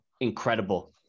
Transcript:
incredible